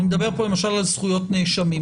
אני מדבר פה למשל על זכויות נאשמים.